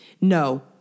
No